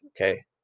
Okay